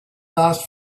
last